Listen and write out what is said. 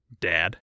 Dad